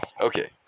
Okay